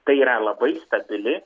tai yra labai stabili